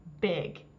big